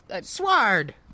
Sward